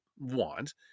want